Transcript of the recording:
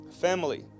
family